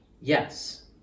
Yes